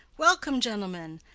welcome, gentlemen!